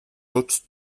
tots